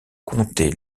conter